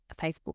Facebook